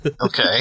Okay